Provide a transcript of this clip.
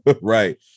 Right